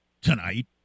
tonight